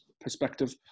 perspective